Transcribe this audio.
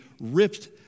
ripped